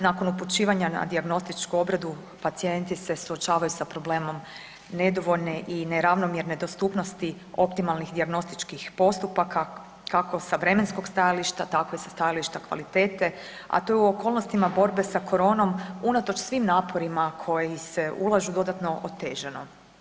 Nakon upućivanja na dijagnostičku obradu pacijenti se suočavaju sa problemom nedovoljne i neravnomjerne dostupnosti optimalnih dijagnostičkih postupaka kako sa vremenskog stajališta, tako i sa stajališta kvalitete a to je u okolnostima borbe sa koronom unatoč svim naporima koji se ulažu dodatno otežano.